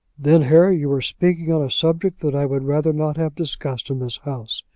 then, harry, you were speaking on a subject that i would rather not have discussed in this house.